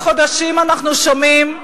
כבר כמה חודשים שאנחנו שומעים,